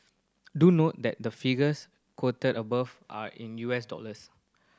do note that the figures quoted above are in U S dollars